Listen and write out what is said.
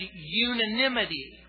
unanimity